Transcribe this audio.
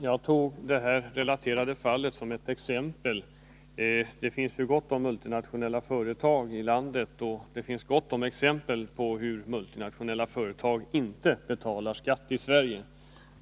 Herr talman! Jag tog det relaterade fallet som exempel. Det finns gott om multinationella företag i landet, och det finns gott om exempel på hur multinationella företag inte betalar skatt i Sverige.